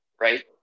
Right